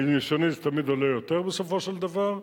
מניסיוני זה תמיד עולה יותר בסופו של דבר.